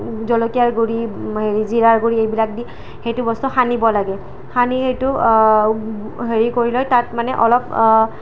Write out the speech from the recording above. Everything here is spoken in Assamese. জলকীয়াৰ গুড়ি হেৰি জিৰা গুৰি এইবিলাক দি সেইটো বস্তু সানিব লাগে সানি সেইটো হেৰি কৰি লৈ তাত মানে অলপ